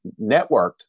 networked